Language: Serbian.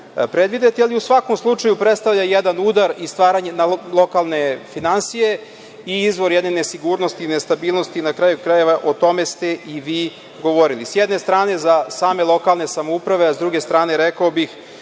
predvideti. U svakom slučaju, to predstavlja jedan udar na lokalne finansije i izvor jedne nesigurnosti i nestabilnosti. Na kraju krajeva, o tome ste i vi govorili. S jedne strane na same lokalne samouprave, a s druge strane rekao bih